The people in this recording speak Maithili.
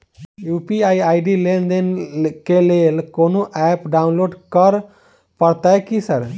यु.पी.आई आई.डी लेनदेन केँ लेल कोनो ऐप डाउनलोड करऽ पड़तय की सर?